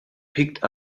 picked